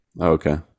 Okay